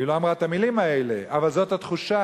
היא לא אמרה את המלים האלה, אבל זאת התחושה.